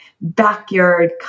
backyard